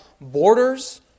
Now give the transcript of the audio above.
borders